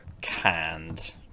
canned